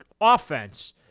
offense